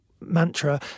mantra